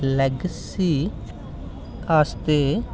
लैग्सी आस्तै